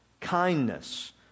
kindness